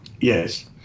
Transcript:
Yes